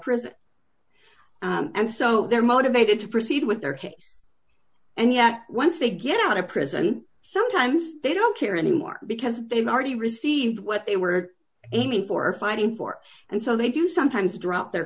prison and so they're motivated to proceed with their hips and yet once they get out of prison sometimes they don't care anymore because they've already received what they were aiming for fighting for and so they do sometimes drop their